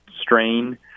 strain